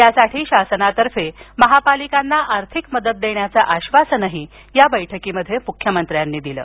यासाठी शासनातर्फे महापालिकांना आर्थिक मदत देण्याचं आश्वासन या बैठकीत मुख्यमंत्र्यांनी दिलं